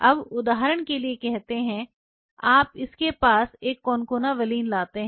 अब उदाहरण के लिए कहते हैं आप इस के पास एक कोनकाना वेलिन लाते हैं